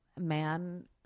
man